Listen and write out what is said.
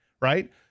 right